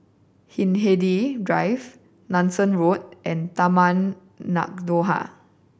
Hindhede Drive Nanson Road and Taman Nakhoda